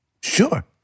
Sure